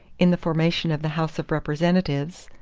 in the formation of the house of representatives,